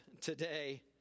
today